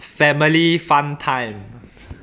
family fun time